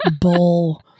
bull